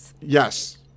Yes